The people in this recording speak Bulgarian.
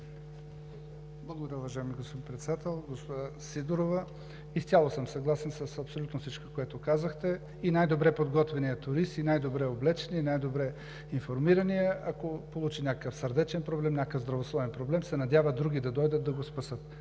Благодаря, уважаеми господин Председател. Госпожо Сидорова, изцяло съм съгласен с абсолютно всичко, което казахте. И най-добре подготвеният турист, и най-добре облеченият, и най-добре информираният, ако получи някакъв сърдечен проблем, някакъв здравословен проблем, се надява други да дойдат да го спасят.